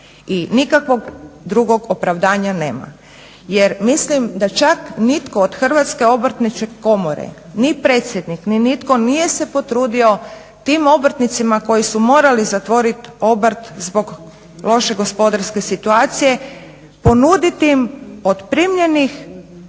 i nikakvog drugog opravdanja nema jer mislim da čak nitko od Hrvatske obrtničke komore ni predsjednik ni nitko nije se potrudio tim obrtnicima koji su morali zatvoriti obrt zbog loše gospodarske situacije ponuditi im od primljenih doprinosa